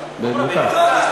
רשמית.